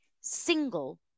single